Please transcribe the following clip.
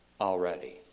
already